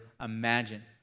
imagine